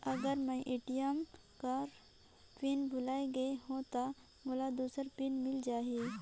अगर मैं ए.टी.एम कर पिन भुलाये गये हो ता मोला दूसर पिन मिल जाही?